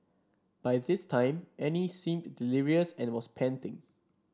by this time Annie seemed delirious and was panting